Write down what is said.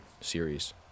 series